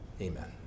Amen